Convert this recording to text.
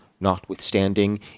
notwithstanding